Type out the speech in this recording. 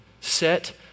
Set